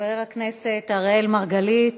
חבר הכנסת אראל מרגלית,